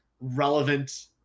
relevant